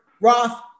Roth